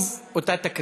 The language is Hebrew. שוב אותה תקרית.